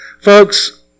Folks